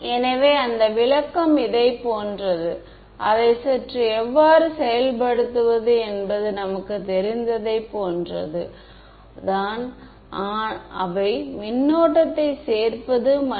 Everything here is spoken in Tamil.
எனவே இப்போது அடுத்தது PML யை எவ்வாறு செயல்படுத்துவது என்பதைப் பார்ப்போம்